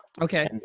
Okay